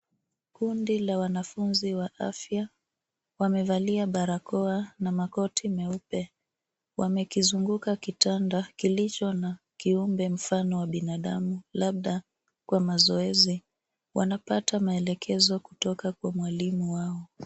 Kundi la wanafunzi wa afya, wamevalia barakoa na makoti meupe. Wamekizunguka kitanda kilicho na kiumbe mfano wa binadamu labda kwa mazoezi. Wanapata maelekezo kutoka kwa mwalimu wao.